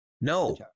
No